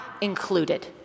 included